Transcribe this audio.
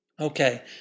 Okay